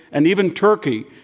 and even turkey,